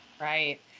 Right